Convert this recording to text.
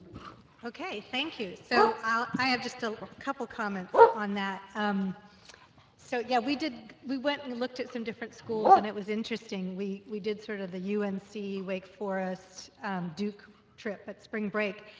okay thank you so i have just a couple comments on that um so yeah we did we went and looked at some different schools and it was interesting. we we did sort of the umc wake forest duke trip at spring break.